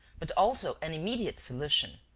but also an immediate solution.